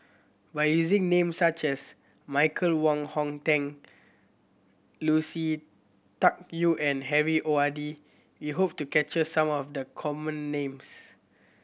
by using names such as Michael Wong Hong Teng Lucy Tuck Yew and Harry O R D we hope to capture some of the common names